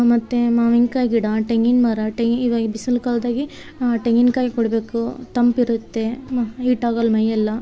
ಮತ್ತು ಮಾವಿನಕಾಯಿ ಗಿಡ ತೆಂಗಿನ ಮರ ತೆಂಗು ಇವ ಬಿಸಿಲು ಕಾಲ್ದಾಗೆ ತೆಂಗಿನ್ಕಾಯಿ ಕುಡಿಬೇಕು ತಂಪಿರುತ್ತೆ ಹೀಟ್ ಆಗೋಲ್ಲ ಮೈಯೆಲ್ಲ